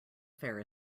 fair